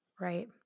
Right